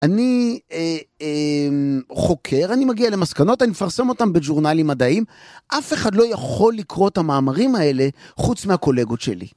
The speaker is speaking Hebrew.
אני חוקר, אני מגיע למסקנות, אני מפרסם אותן בג'ורנלים מדעיים. אף אחד לא יכול לקרוא את המאמרים האלה חוץ מהקולגות שלי.